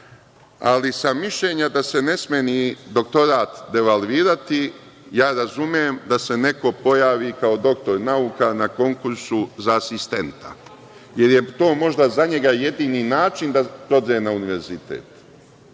ali sam mišljenja da se ne sme ni doktorat devalvirati. Ja razumem da se neko pojavi kao doktor nauka na konkursu za asistenta, jer je to možda za njega jedini način da dođe na univerzitet,